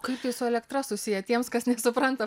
kaip tai su elektra susiję tiems kas supranta